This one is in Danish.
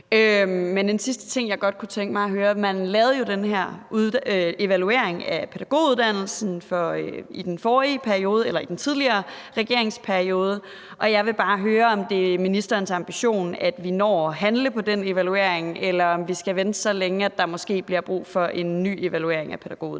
er en sidste ting, jeg godt kunne tænke mig at spørge om. Man lavede jo den her evaluering af pædagoguddannelsen i den tidligere regeringsperiode, og jeg vil bare høre, om det er ministerens ambition, at vi når at handle på den evaluering, eller om vi skal vente så længe, at der måske bliver brug for en ny evaluering af pædagoguddannelsen.